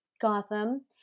Gotham